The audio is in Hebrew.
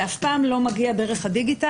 זה אף פעם לא מגיע דרך הדיגיטל,